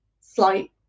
slight